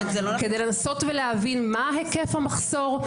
כדי לנסות ולהבין מה היקף המחסור.